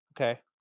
Okay